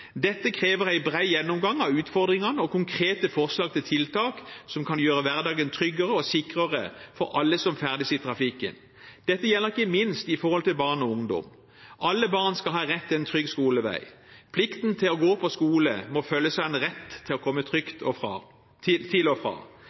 Dette krever en bred gjennomgang av utfordringene og konkrete forslag til tiltak som kan gjøre hverdagen tryggere og sikrere for alle som ferdes i trafikken. Dette gjelder ikke minst for barn og ungdom. Alle barn skal ha rett til en trygg skolevei. Plikten til å gå på skole må følges av en rett til å komme trygt til og fra. Det er derfor svært positivt at en samlet komité tar initiativ til